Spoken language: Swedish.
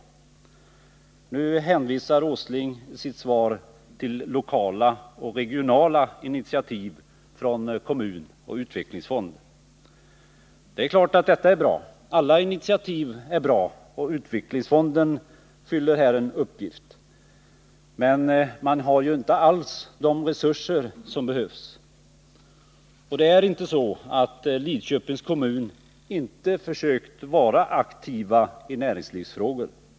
Nu hänvisar Nils Åsling i sitt svar till lokala och regionala initiativ från kommun och utvecklingsfond. Det är klart att detta är bra. Alla initiativ är bra och utvecklingsfonden fyller här en uppgift, men man har ju inte alls de resurser som behövs. Det är inte så att Lidköpings kommun inte försökt vara aktiv i näringslivsfrågor.